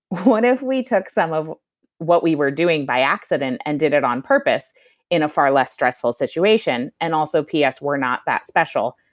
what if we took some of what we were doing by accident and did it on purpose in a far less stressful situation? and also, ps, we're not that special,